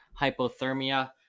hypothermia